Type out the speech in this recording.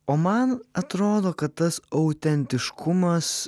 o man atrodo kad tas autentiškumas